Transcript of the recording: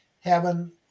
heaven